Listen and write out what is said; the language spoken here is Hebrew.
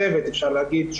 צוות אפשר להגיד,